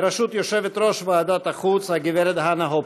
בראשות יושבת-ראש ועדת החוץ, הגב' האנה הופקו.